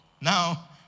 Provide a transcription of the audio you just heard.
Now